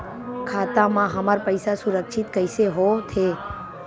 खाता मा हमर पईसा सुरक्षित कइसे हो थे?